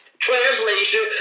Translation